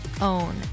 own